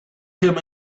him